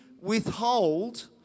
withhold